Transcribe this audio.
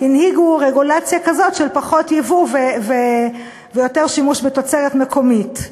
הנהיגו רגולציה כזאת של פחות ייבוא ויותר שימוש בתוצרת מקומית.